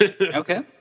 Okay